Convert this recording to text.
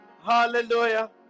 Hallelujah